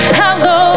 hello